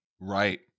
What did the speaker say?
Right